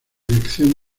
dirección